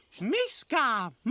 Miska